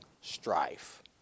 strife